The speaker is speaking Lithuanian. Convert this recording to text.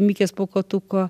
mikės pūkuotuko